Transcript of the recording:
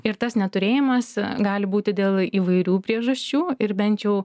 ir tas neturėjimas gali būti dėl įvairių priežasčių ir bent jau